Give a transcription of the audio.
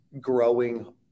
growing